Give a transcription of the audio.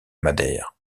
madère